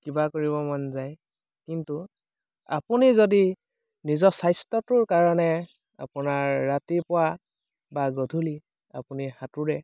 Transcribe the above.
কিবা কৰিব মন যায় কিন্তু আপুনি যদি নিজৰ স্বাস্থ্যটোৰ কাৰণে আপোনাৰ ৰাতিপুৱা বা গধূলি আপুনি সাঁতুৰে